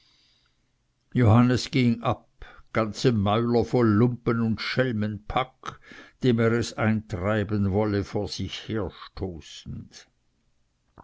johannes ging ab ganze mäuler voll lumpen und schelmenpack dem er es eintreiben wolle vor sich herstoßend